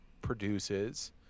produces –